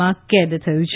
માં કેદ થયું છે